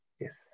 Yes